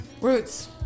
Roots